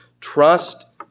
Trust